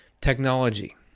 technology